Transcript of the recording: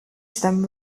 them